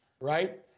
right